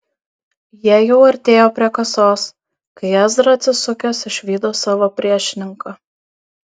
jie jau artėjo prie kasos kai ezra atsisukęs išvydo savo priešininką